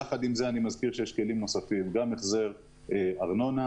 יחד עם זה ישנם כלים נוספים: החזר ארנונה